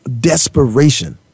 desperation